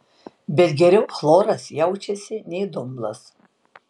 bet geriau chloras jaučiasi nei dumblas